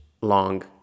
long